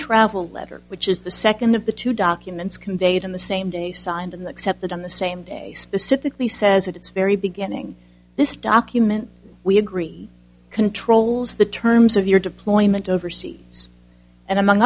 travel letter which is the second of the two documents conveyed in the same day signed in the accepted on the same day specifically says that it's very beginning this document we agree controls the terms of your deployment overseas and among